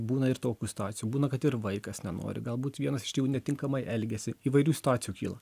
būna ir tokių situacijų būna kad ir vaikas nenori galbūt vienas iš tėvų netinkamai elgiasi įvairių situacijų kyla